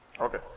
Okay